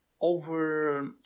over